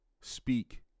speak